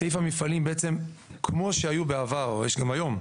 סעיף המפעלים, בעצם כמו שהיו בעבר יש גם היום,